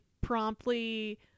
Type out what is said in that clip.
promptly